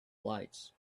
lights